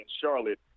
Charlotte